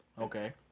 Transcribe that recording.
okay